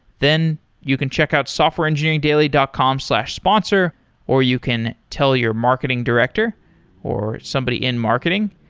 then you can check out softwareengineeringdaily dot com slash sponsor or you can tell your marketing director or somebody in marketing.